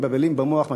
מבלבלים במוח,